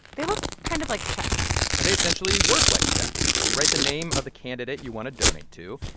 they look kind of like checks and they, essentially, work like checks. you write the name of the candidate you want to donate to,